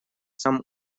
сам